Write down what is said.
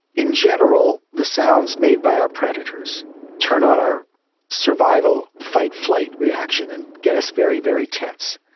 in general, the sounds made by our predators turn on our survival fight-flight reaction and get us very, very tense.